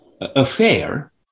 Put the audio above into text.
affair